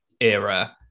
era